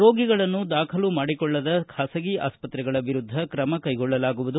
ರೋಗಿಗಳನ್ನು ದಾಖಲು ಮಾಡಿಕೊಳ್ಳದ ಖಾಸಗಿ ಆಸ್ಪತ್ರೆಗಳ ವಿರುದ್ದ ತ್ರಮ ಕೈಗೊಳ್ಳಲಾಗುವುದು